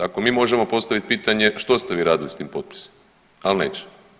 Ako mi možemo postaviti pitanje što ste vi radili s tim potpisima, ali nećemo.